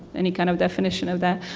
any kind of definition of that.